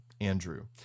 Andrew